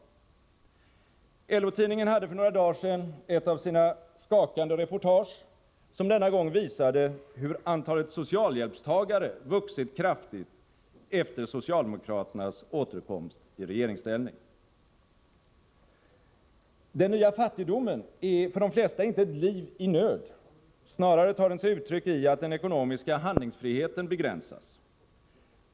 LO-tidningen hade för några dagar sedan ett av sina skakande reportage, som denna gång visade hur antalet socialhjälpstagare vuxit kraftigt efter socialdemokraternas återkomst i regeringsställning. Den nya fattigdomen är för de flesta inte ett liv i nöd. Snarare tar den sig uttryck i att den ekonomiska handlingsfriheten begränsas.